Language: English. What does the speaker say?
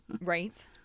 Right